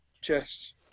chests